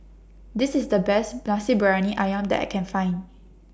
This IS The Best Nasi Briyani Ayam that I Can Find